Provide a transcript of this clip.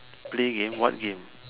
play game what game